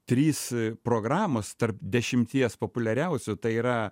trys programos tarp dešimties populiariausių tai yra